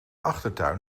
achtertuin